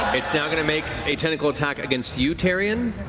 it's now going to make a tentacle attack against you, taryon.